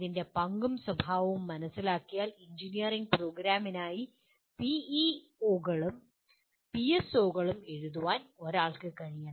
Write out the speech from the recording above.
ഇതിന്റെ പങ്കും സ്വഭാവവും മനസിലാക്കിയാൽ എഞ്ചിനീയറിംഗ് പ്രോഗ്രാമിനായി പിഇഒകളും പിഎസ്ഒകളും എഴുതാൻ ഒരാൾക്ക് കഴിയണം